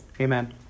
Amen